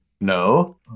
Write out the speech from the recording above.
No